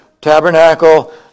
tabernacle